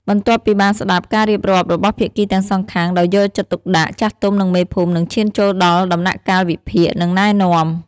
បន្ទាប់ពីបានស្តាប់ការរៀបរាប់របស់ភាគីទាំងសងខាងដោយយកចិត្តទុកដាក់ ចាស់ទុំ និងមេភូមិ នឹងឈានចូលដល់ដំណាក់កាលវិភាគ និងណែនាំ។